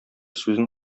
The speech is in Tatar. сүзен